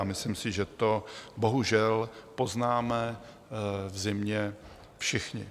Myslím si, že to bohužel poznáme v zimě všichni.